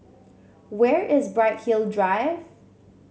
where is Bright Hill Drive